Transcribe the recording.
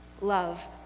love